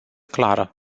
clară